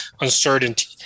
uncertainty